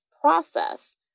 process